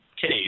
case